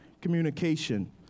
communication